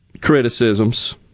criticisms